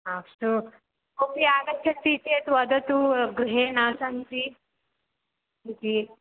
अस्तु कोपि आगच्छति चेत् वदतु गृहे न सन्ति इति